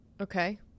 Okay